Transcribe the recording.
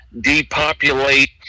depopulate